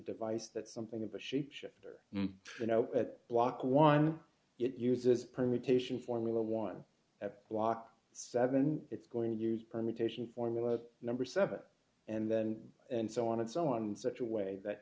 device that something of a shape shifter you know that block one it uses permutation formula one at block seven it's going to use permutation formula number seven and then and so on and so on such a way that